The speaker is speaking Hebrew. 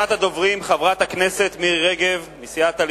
הצעות דחופות לסדר-היום מס' 3253,